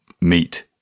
meet